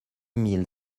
mille